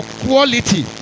quality